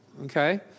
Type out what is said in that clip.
Okay